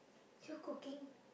you cooking